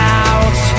out